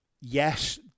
Yes